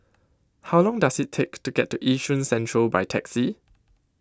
how long does it take to get to Yishun Central by taxi